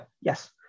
yes